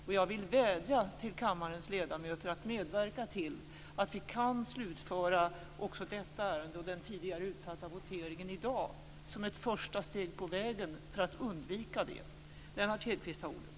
Jag vill därför vädja till kammarens ledamöter att medverka till att vi kan slutföra också detta ärende och den tidigare utsatta voteringen i dag, som ett första steg på vägen för att undvika ett extra sammanträde.